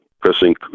pressing